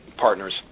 partners